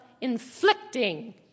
inflicting